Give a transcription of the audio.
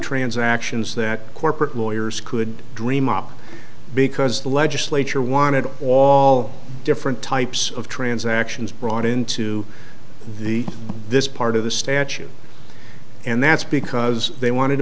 transactions that corporate lawyers could dream up because the legislature wanted all different types of transactions brought into the this part of the statute and that's because they wanted to